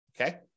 Okay